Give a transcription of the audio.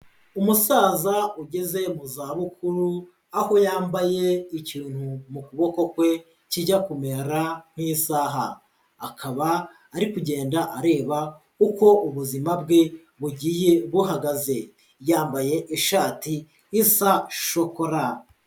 Umusaza ugeze mu zabukuru aho yambaye ikintu mu kuboko kwe kijya kumera nk'isaha, akaba ari kugenda areba uko ubuzima bwe bugiye buhagaze, yambaye ishati isa shokora.